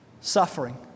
Suffering